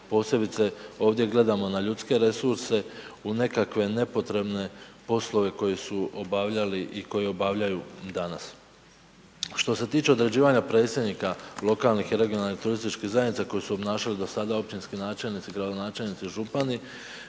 ovdje gledamo na ljudske resurse u nekakve nepotrebne poslove koje su obavljali i koje obavljaju danas. Što se tiče određivanja predsjednika lokalnih i regionalnih turističkih zajednica koje su obnašali do sada općinski načelnici, gradonačelnici, župani